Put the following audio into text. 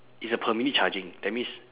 it's a per minute charging that means